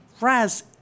Raz